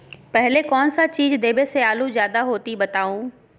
पहले कौन सा चीज देबे से आलू ज्यादा होती बताऊं?